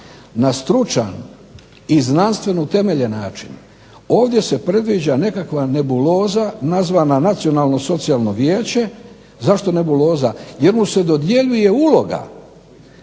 na stručan i znanstveno utemeljen način ovdje se predviđa nekakva nebuloza nazvana Nacionalno socijalno vijeće. Zašto nebuloza? Jer mu se dodjeljuje uloga